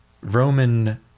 Roman